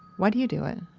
why do you do it?